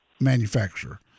manufacturer